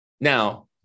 Now